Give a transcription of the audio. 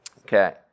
Okay